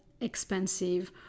expensive